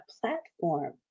platform